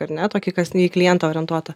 ar ne tokį kas ne į klientą orientuotą